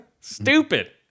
Stupid